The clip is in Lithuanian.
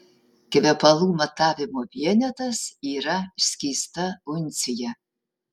kvepalų matavimo vienetas yra skysta uncija